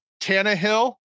Tannehill